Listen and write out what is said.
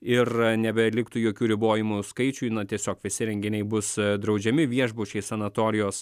ir nebeliktų jokių ribojimų skaičiui na tiesiog visi renginiai bus draudžiami viešbučiai sanatorijos